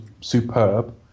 superb